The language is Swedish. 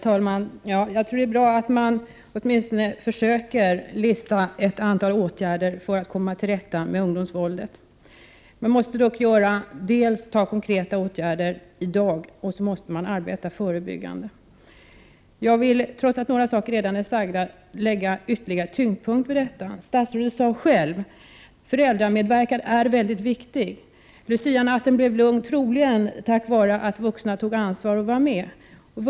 Herr talman! Jag tror att det är bra att man åtminstone försöker lista ett antal åtgärder för att komma till rätta med ungdomsvåldet. Man måste dels vidta konkreta åtgärder i dag, dels arbeta förebyggande. Jag vill lägga ytterligare tyngd på vissa saker som redan har sagts. Statsrådet sade själv att föräldramedverkan är mycket viktig. Lucianatten blev lugn, troligen tack vare att vuxna tog ansvar och deltog.